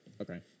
Okay